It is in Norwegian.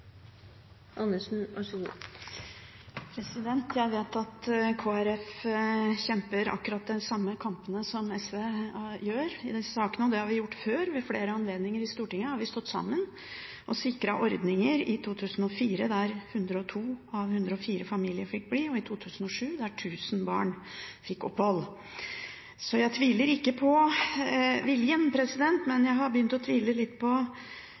Jeg vet at Kristelig Folkeparti kjemper akkurat den samme kampen som SV gjør i disse sakene, og det har vi gjort før. Ved flere anledninger i Stortinget har vi stått sammen og sikret ordninger – i 2004 da 102 av 104 familier fikk bli og i 2007 da 1 000 barn fikk opphold. Jeg tviler ikke på viljen, men jeg har begynt å tvile på